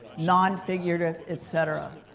non-figurative, et cetera.